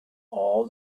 all